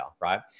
Right